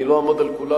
אני לא אעמוד על כולם,